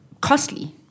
costly